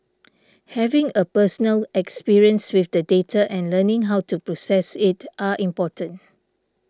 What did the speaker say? having a personal experience with the data and learning how to process it are important